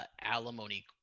alimony